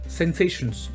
sensations